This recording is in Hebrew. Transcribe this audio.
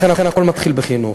לכן, הכול מתחיל בחינוך.